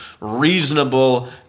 reasonable